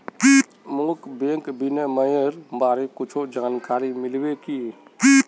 मोक बैंक विनियमनेर बारे कुछु जानकारी मिल्बे की